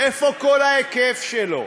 איפה כל ההיקף שלו?